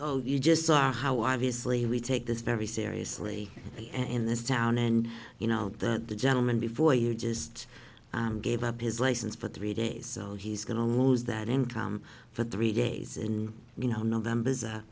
so you just saw how obviously we take this very seriously and this town and you know that the gentleman before you just gave up his license for three days so he's going to lose that income for three days and you know november is a